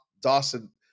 Dawson